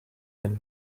and